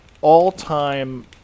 all-time